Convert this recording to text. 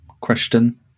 question